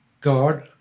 God